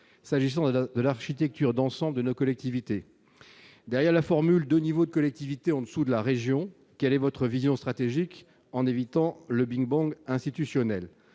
s'agissant de la, de l'architecture d'ensemble de nos collectivités derrière la formule de niveaux de collectivités en-dessous de la région, quelle est votre vision stratégique en évitant le Big bang institutionnel